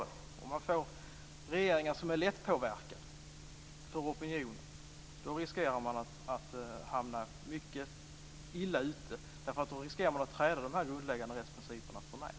Men om regeringarna är lätt påverkade av opinioner, riskerar man att hamna mycket illa. Då riskerar man att de grundläggande rättsprinciperna träds förnär.